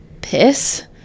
piss